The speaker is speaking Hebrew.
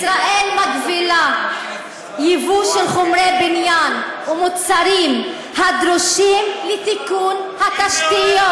ישראל מגבילה יבוא של חומרי בניין ומוצרים הדרושים לתיקון התשתיות.